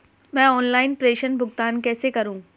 मैं ऑनलाइन प्रेषण भुगतान कैसे करूँ?